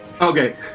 okay